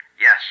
Yes